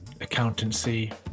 accountancy